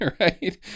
right